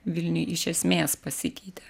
vilniuj iš esmės pasikeitė